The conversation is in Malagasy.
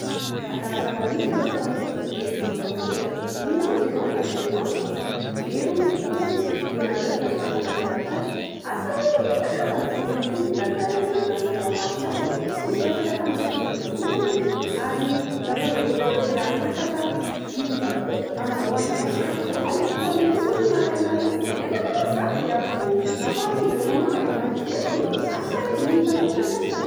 Adaladala miitsy ireo mpifanolo-bodi-rindrina aminao reo. Inona ozy enao no nolazainy tamiko? Very hon ny akoany, de nareo no lazainy fa nangalatra azy. Asa hoe inona angaha izany volon'akoho hitany narianareo teo amin'ny fitoeram-pako izany? Mitovy tanteraka amin'ilay volon'akoany hono. Ary nareo zao koa ve hono de ahatakatra vidin'akoho amin'izao andro efa sarotra izao. Fa ny akoany mihitsy hono no nalainareo. Nefa anie hono zany de akoho nafaran'izy ireo manokana avy any ivelany. Asa re inona loatra angaha zany?